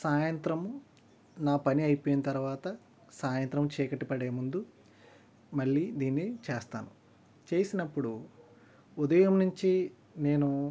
సాయంత్రము నా పని అయిపోయిన తర్వాత సాయంత్రం చీకటి పడే ముందు మళ్ళీ దీన్ని చేస్తాను చేసినప్పుడు ఉదయం నుంచి నేను